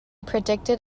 predicted